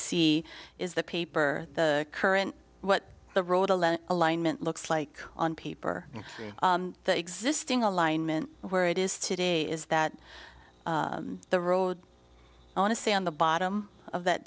see is the paper current what the road alone alignment looks like on paper the existing alignment where it is today is that the road i want to say on the bottom of that